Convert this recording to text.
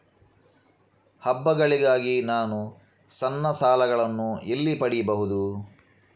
ಹಬ್ಬಗಳಿಗಾಗಿ ನಾನು ಸಣ್ಣ ಸಾಲಗಳನ್ನು ಎಲ್ಲಿ ಪಡಿಬಹುದು?